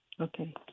okay